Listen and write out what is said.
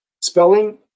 spelling